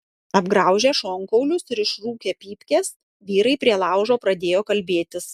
apgraužę šonkaulius ir išrūkę pypkes vyrai prie laužo pradėjo kalbėtis